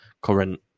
current